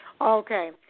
Okay